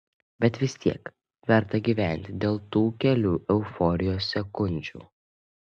bet vis tiek verta gyventi dėl tų kelių euforijos sekundžių